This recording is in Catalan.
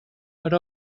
per